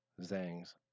Zangs